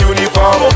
Uniform